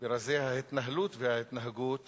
ברזי ההתנהלות וההתנהגות